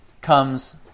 comes